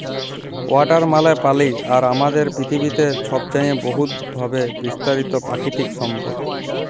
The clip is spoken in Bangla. ওয়াটার মালে পালি আর আমাদের পিথিবীতে ছবচাঁয়ে বহুতভাবে বিস্তারিত পাকিতিক সম্পদ